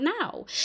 now